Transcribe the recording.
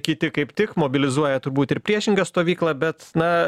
kiti kaip tik mobilizuoja turbūt ir priešingą stovyklą bet na